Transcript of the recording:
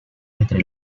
entre